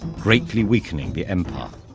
greatly weakening the empire.